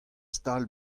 stal